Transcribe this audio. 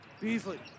Beasley